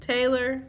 Taylor